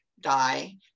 die